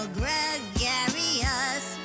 gregarious